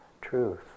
truth